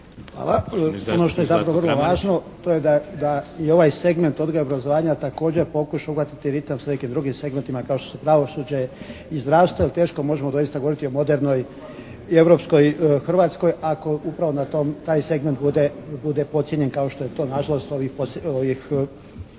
Hvala. Ono što je zapravo vrlo važno to je da je ovaj segment odgoja i obrazovanja također pokušao uhvatiti ritam sa nekim drugim segmentima kao što su pravosuđe i zdravstvo, jer teško možemo doista govoriti o modernoj i europskoj Hrvatskoj ako upravo na taj segment bude podcijenjen kao što je to na žalost ovih petnaestak